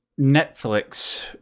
Netflix